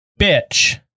Bitch